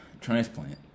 transplant